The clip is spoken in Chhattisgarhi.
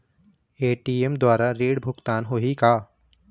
ए.टी.एम द्वारा ऋण भुगतान होही का?